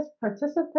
participants